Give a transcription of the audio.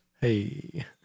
hey